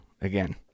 again